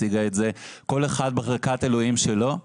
כל אחד בחלקת האלוהים שלו.